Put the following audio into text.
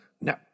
No